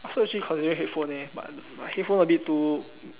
I also actually considered headphone eh but headphone a bit too